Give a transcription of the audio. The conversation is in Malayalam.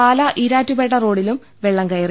പാലാ ഈരാറ്റുപേട്ട റോഡിലും വെള്ളം കയറി